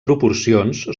proporcions